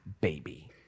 baby